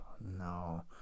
no